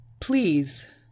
Please